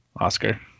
Oscar